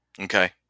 Okay